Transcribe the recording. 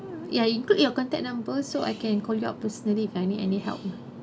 ya you put your contact number so I can call you out personally if I need any help lah